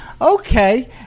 okay